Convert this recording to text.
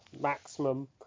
maximum